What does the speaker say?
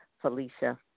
Felicia